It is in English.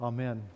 Amen